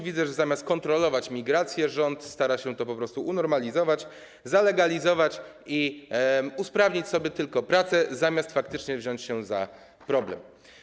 Widzę, że zamiast kontrolować migrację, rząd stara się to po prostu unormalizować, zalegalizować i usprawnić sobie pracę, zamiast faktycznie wziąć się za rozwiązanie problemu.